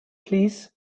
please